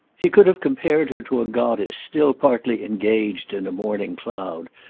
he could have compared her to a goddess still partly engaged in a morning cloud,